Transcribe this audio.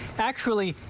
actually,